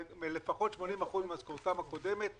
לפחות 80% ממשכורתם הקודמת,